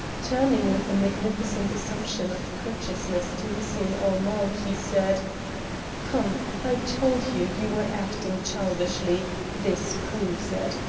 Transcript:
turning with a magnificent assumption of courteousness to hussein-ul-mulk, he said come, i told you you were acting childishly this proves it.